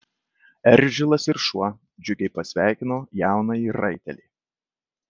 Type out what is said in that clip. eržilas ir šuo džiugiai pasveikino jaunąjį raitelį